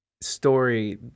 story